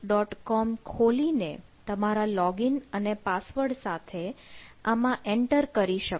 com ખોલી ને તમારા લોગિન અને પાસવર્ડ સાથે આમાં એન્ટર કરી શકો